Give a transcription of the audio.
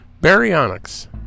Baryonyx